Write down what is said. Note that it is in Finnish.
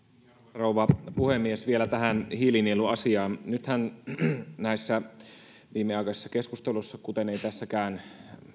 rouva puhemies vielä tähän hiilinieluasiaan nythän näissä viimeaikaisissa keskusteluissa ei kuten ei tässäkään